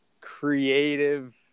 creative